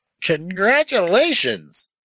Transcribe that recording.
Congratulations